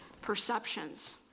perceptions